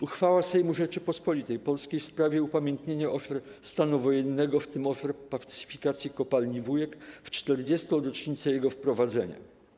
Uchwała Sejmu Rzeczypospolitej Polskiej w sprawie upamiętnienia ofiar stanu wojennego, w tym ofiar pacyfikacji Kopalni 'Wujek' w czterdziestą rocznicę jego wprowadzenia.